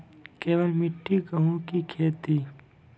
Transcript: केवल मिट्टी गेहूँ की खेती?